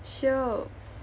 shioks